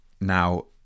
Now